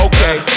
Okay